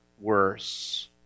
Worse